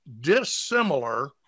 dissimilar